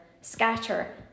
Scatter